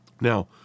Now